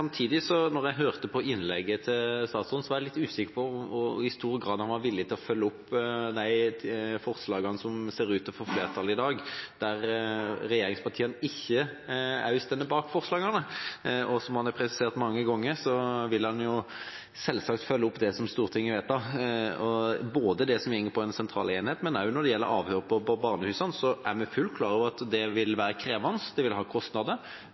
jeg hørte innlegget til statsråden, var jeg litt usikker på i hvor stor grad han var villig til å følge opp forslagene som ser ut til å få flertall i dag, men som regjeringspartiene ikke står bak. Som han har presisert mange ganger, vil han selvsagt følge opp det som Stortinget vedtar, både det som går på en sentral enhet, og det som gjelder avhør på barnehusene. Vi er fullt klar over at det vil være krevende, at det vil ha kostnader,